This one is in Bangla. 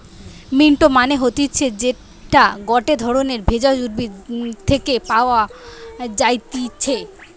মিন্ট মানে হতিছে যেইটা গটে ধরণের ভেষজ উদ্ভিদ থেকে পাওয় যাই্তিছে